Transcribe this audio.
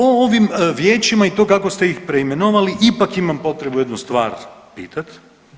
O ovim vijećima i to kako ste ih preimenovali ipak imam potrebu jednu stvar pitat.